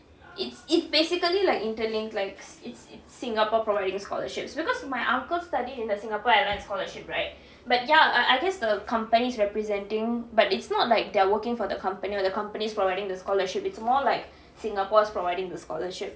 it's it's basically like interlinked like it's it's singapore providing scholarships because my uncle studied in the singapore airlines scholarship right but ya I I guess the company's representing but it's not like they're working for the company or the company is providing the scholarship it's more like singapore is providing the scholarship